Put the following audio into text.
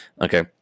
Okay